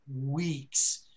weeks